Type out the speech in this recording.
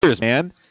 man